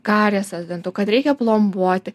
kariesas dantų kad reikia plombuoti